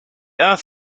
earth